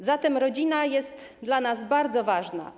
A zatem rodzina jest dla nas bardzo ważna.